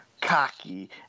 cocky